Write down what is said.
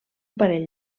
parell